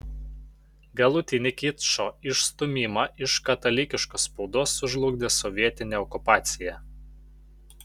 galutinį kičo išstūmimą iš katalikiškos spaudos sužlugdė sovietinė okupacija